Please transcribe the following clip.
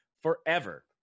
forever